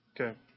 Okay